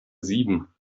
sieben